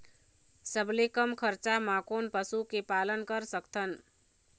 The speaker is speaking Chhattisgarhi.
सबले कम खरचा मा कोन पशु के पालन कर सकथन?